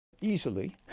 Easily